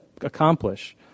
accomplish